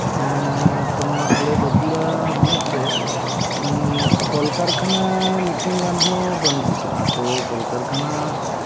ᱮᱸᱫ ᱛᱚ ᱱᱚᱶᱟ ᱟᱞᱮ ᱵᱟᱹᱠᱩᱲᱟ ᱦᱚᱱᱚᱛᱨᱮ ᱮᱫ ᱠᱚᱞᱼᱠᱟᱨᱠᱷᱟᱱᱟ ᱢᱤᱫᱴᱟᱝ ᱜᱟᱱ ᱦᱚᱸ ᱵᱟᱹᱱᱩᱜ ᱟᱠᱟᱫᱼᱟ ᱛᱚ ᱠᱚᱞ ᱠᱟᱨᱠᱷᱟᱱᱟ